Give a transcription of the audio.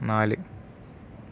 നാല്